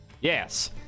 Yes